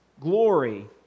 glory